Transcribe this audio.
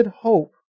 hope